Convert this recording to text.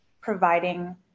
providing